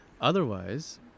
Otherwise